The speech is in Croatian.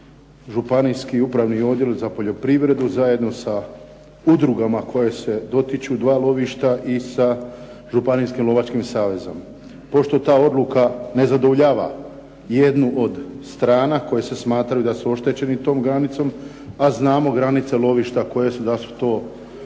županijski upravni odjel za poljoprivredu zajedno sa udrugama koje se dotiču dva lovišta i sa županijskim lovačkim savezom. Pošto ta odluka ne zadovoljava jednu od strana koje se smatraju da su oštećeni tom granicom, a znamo granice lovišta koje su, da su to kanal,